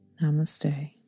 Namaste